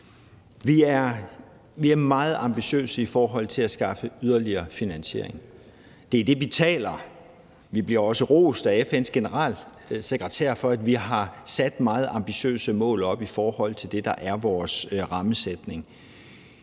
Vi er meget ambitiøse i forhold til at skaffe yderligere finansiering. Det er det, vi taler om, og vi bliver også rost af FN's generalsekretær for, at vi har sat meget ambitiøse mål op i forhold til det, der er vores rammesætning.